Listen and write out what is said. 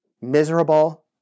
miserable